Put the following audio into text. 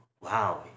Wow